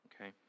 okay